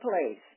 place